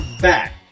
back